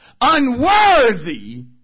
unworthy